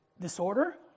disorder